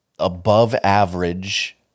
above-average